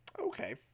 Okay